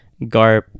Garp